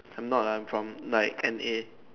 I'm not I'm from like N_A